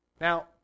Now